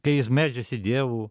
kai jis meldžiasi dievu